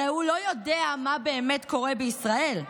הרי הוא לא יודע מה באמת קורה בישראל.